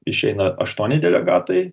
išeina aštuoni delegatai